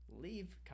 leave